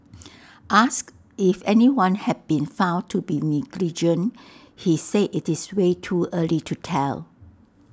asked if anyone had been found to be negligent he said IT is way too early to tell